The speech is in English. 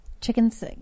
Chickens